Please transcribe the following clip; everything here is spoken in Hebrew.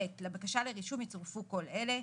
לבקשה לרישום יצורפו כל אלה: